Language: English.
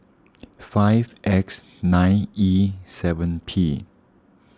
five X nine E seven P